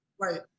Right